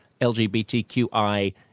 LGBTQI